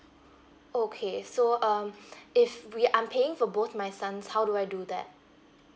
okay so um if we are paying for both my sons how do I do that